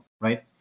right